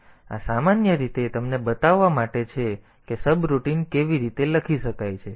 તેથી આ સામાન્ય રીતે તમને બતાવવા માટે છે કે સબરૂટિન કેવી રીતે લખી શકાય છે